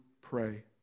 pray